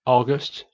August